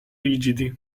rigidi